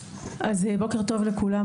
אז בוקר טוב לכולם,